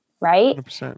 right